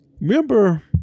remember